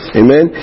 amen